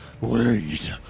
Wait